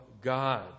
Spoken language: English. God